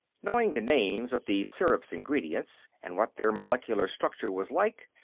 knowing the names of the syrup's ingredients, and what their molecular structure was like,